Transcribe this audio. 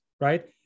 Right